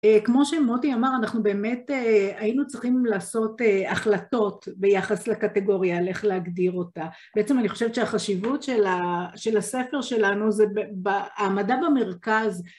כמו שמוטי אמר, אנחנו באמת היינו צריכים לעשות החלטות ביחס לקטגוריה, על איך להגדיר אותה. בעצם אני חושבת שהחשיבות של הספר שלנו זה העמדה במרכז.